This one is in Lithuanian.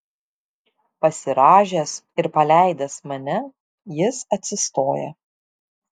pasirąžęs ir paleidęs mane jis atsistoja